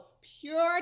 pure